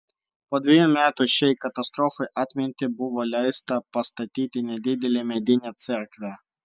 po dvejų metų šiai katastrofai atminti buvo leista pastatyti nedidelę medinę cerkvę